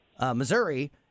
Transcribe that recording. Missouri